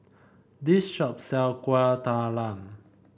this shop sell Kueh Talam